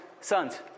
sons